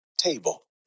table